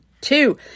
two